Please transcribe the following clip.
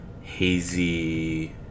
hazy